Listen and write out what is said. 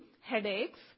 headaches